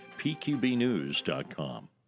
pqbnews.com